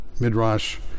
Midrash